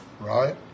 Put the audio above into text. Right